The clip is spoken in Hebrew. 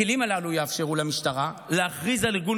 הכלים הללו יאפשרו למשטרה להכריז על ארגון